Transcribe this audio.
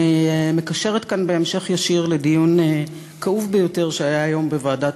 אני מקשרת כאן בהמשך ישיר לדיון כאוב ביותר שהיה היום בוועדת